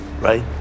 right